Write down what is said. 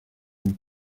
une